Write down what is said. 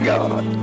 God